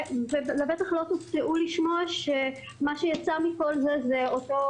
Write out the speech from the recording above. ולבטח לא תופתעו לשמוע שמה שיצא מכל זה זו אותה